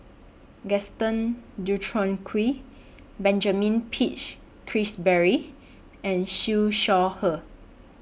Gaston Dutronquoy Benjamin Peach Keasberry and Siew Shaw Her